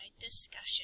discussion